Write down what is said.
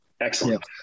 Excellent